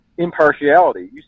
impartiality